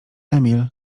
emil